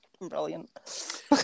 brilliant